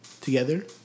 together